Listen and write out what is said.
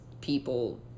people